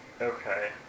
Okay